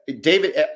David